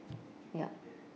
yup